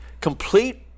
complete